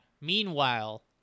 Meanwhile